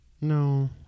No